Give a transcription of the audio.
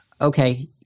Okay